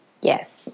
Yes